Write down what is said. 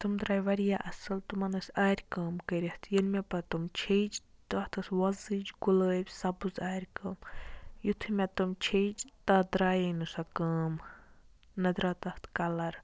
تِم درٛاے واریاہ اصل تمن ٲس آرِ کٲم کٔرِتھ ییٚلہِ مےٚ پَتہٕ تم چھیٚج تتھ ٲسۍ وۄزِج گُلٲب سبز آرِ کٲم یِتھُے مےٚ تم چھیٚج تتھ درٛایی نہٕ سۄ کٲم نہَ دراو تتھ کَلَر